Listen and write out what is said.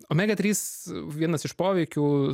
omega trys vienas iš poveikių